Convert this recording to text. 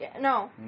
No